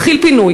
התחיל פינוי,